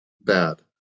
bad